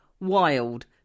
Wild